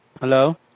Hello